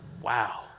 wow